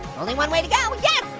only one way to go, and yeah